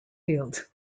field